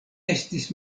estis